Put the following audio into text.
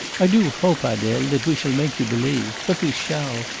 i do hope, adele, that we shall make you believe. but we shall. oh,